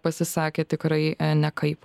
pasisakė tikrai nekaip